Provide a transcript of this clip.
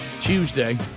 Tuesday